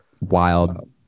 wild